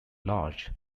large